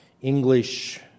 English